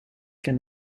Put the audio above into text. can